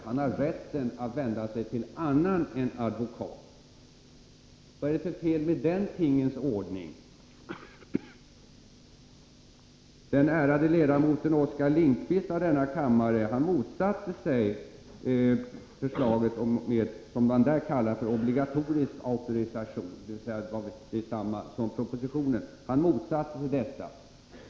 Han har rätten att vända sig till annan än advokat. Vad är det för fel med denna tingens ordning? Den ärade ledamoten av denna kammare Oskar Lindkvist motsatte sig förslaget om vad som kallas obligatorisk auktorisation, dvs. detsamma som i propositionen.